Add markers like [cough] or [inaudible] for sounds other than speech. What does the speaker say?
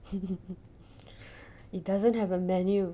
[laughs] it doesn't have a menu